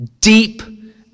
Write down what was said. Deep